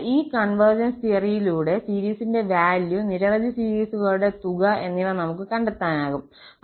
അതിനാൽ ഈ കോൺവെർജൻസ് തിയറിയിലൂടെ സീരിസിന്റെ വാല്യൂ നിരവധി സീരീസുകളുടെ തുക എന്നിവ നമുക്ക് കണ്ടെത്താനാകും